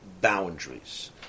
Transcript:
Boundaries